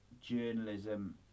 journalism